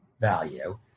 value